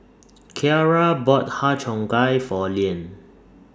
Kiarra bought Har Cheong Gai For Leeann